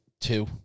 two